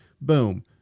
boom